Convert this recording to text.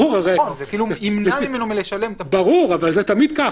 אבל זה תמיד ככה.